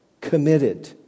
committed